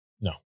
No